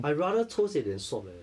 I'd rather 抽血 than swab eh